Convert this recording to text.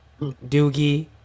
Doogie